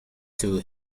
too